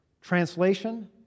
Translation